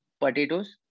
potatoes